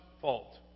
fault